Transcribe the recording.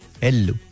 Hello